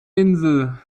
insel